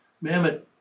Mammoth